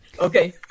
okay